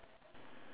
!oi!